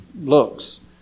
looks